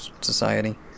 society